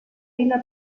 villa